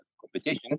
competition